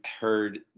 heard